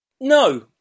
No